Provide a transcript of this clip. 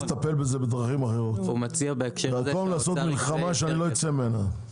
לטפל בזה בדרכים אחרות במקום לעשות מלחמה שאני לא אצא ממנה.